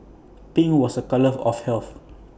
pink was A colour of health